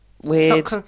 weird